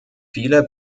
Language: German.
viele